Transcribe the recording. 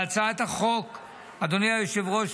להצעת החוק אדוני היושב-ראש,